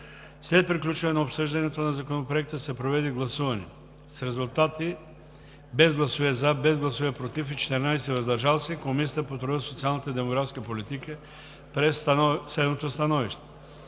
След приключване на обсъждането на Законопроекта се проведе гласуване. С резултати: без гласове „за“, без гласове „против“ и 14 гласа „въздържал се“, Комисията по труда, социалната и демографската политика прие следното становище: